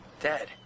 Dead